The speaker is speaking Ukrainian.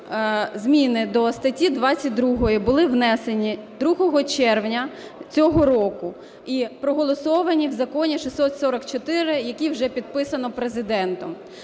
Зміни до статті 22 були внесені 2 червня цього року і проголосовані в законі 644, який вже підписано Президентом.